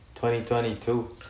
2022